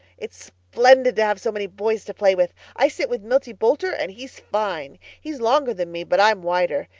it's splendid to have so many boys to play with. i sit with milty boulter and he's fine. he's longer than me but i'm wider.